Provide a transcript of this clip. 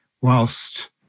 whilst